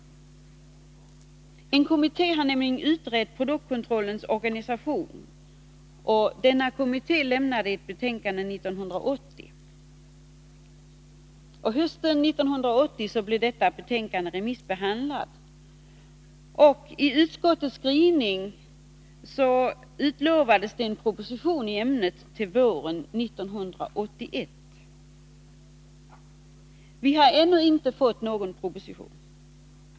En kommitté har utrett produktkontrollens organisation, och den avlämnade ett betänkande 1980. Hösten 1980 blev detta betänkande remissbehandlat, och i den utskottsskrivning som kom senare utlovades en proposition i ämnet till våren 1981. Vi har ännu inte fått någon proposition.